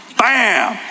bam